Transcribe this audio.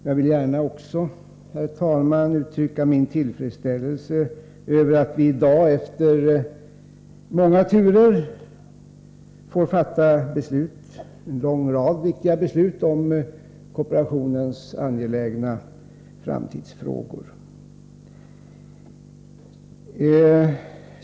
Jag vill gärna också, herr talman, uttrycka min tillfredsställelse över att vi i dag efter många turer får fatta en lång rad viktiga beslut om kooperationens angelägna framtidsfrågor.